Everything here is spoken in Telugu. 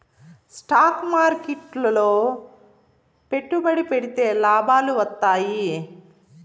స్టాక్ మార్కెట్లు లో పెట్టుబడి పెడితే లాభాలు వత్తాయి